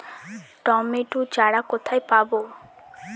Tomato চারা কোথায় পাবো?